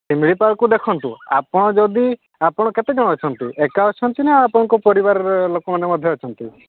ଶିମିଳିପାଳକୁ ଦେଖନ୍ତୁ ଆପଣ ଯଦି ଆପଣ କେତେ ଜଣ ଅଛନ୍ତି ଏକା ଅଛନ୍ତି ନା ଆପଣଙ୍କ ପରିବାରର ଲୋକମାନେ ମଧ୍ୟ ଅଛନ୍ତି